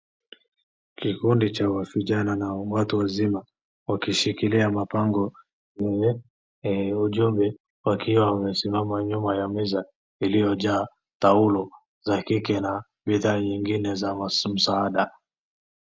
Kikundi cha vijana na watu wazima wakishikilia mabango huu ujumbe wakiwa wamesimama nyuma ya meza iliyojaa taulo za kike na bidhaa zingine za msaada.